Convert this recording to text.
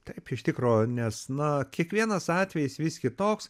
taip iš tikro nes na kiekvienas atvejis vis kitoks